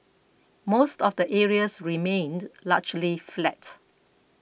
most of the areas remained largely flat